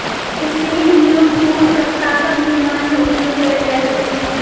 spinning mule तूर सॅ तागक निर्माण में उपयोग कएल जाइत अछि